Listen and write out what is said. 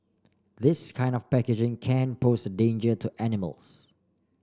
this kind of packaging can pose a danger to animals